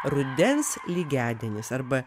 rudens lygiadienis arba